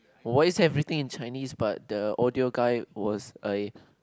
why is everything in Chinese but the audio guy was I